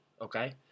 Okay